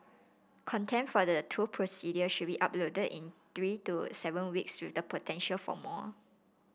content for the two procedures should be uploaded in three to seven weeks with the potential for more